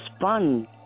fun